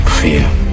fear